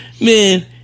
man